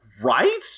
right